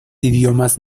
idiomas